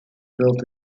built